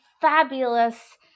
fabulous